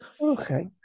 Okay